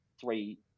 three